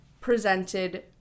presented